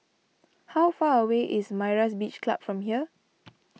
how far away is Myra's Beach Club from here